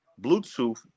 Bluetooth